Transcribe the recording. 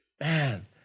man